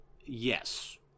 Yes